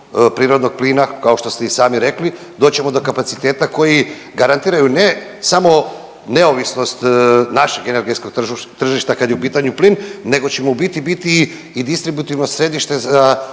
prirodnog plina kao što ste i sami rekli. Doći ćemo do kapaciteta koji garantiraju ne samo neovisnost našeg energetskog tržišta kad je u pitanju plin nego ćemo u biti biti i distributivno središte za